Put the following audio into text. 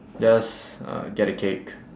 just uh get a cake